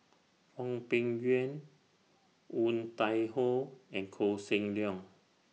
Hwang Peng Yuan Woon Tai Ho and Koh Seng Leong